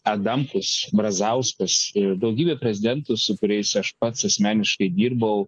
adamkus brazauskas ir daugybė prezidentų su kuriais aš pats asmeniškai dirbau